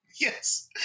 Yes